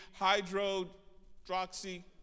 hydroxy